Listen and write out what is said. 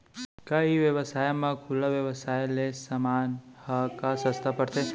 का ई व्यवसाय म खुला व्यवसाय ले समान ह का सस्ता पढ़थे?